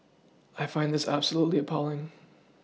I find this absolutely appalling